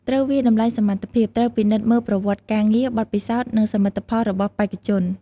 ត្រូវវាយតម្លៃសមត្ថភាព ត្រូវពិនិត្យមើលប្រវត្តិការងារ បទពិសោធន៍ និងសមិទ្ធផលរបស់បេក្ខជន។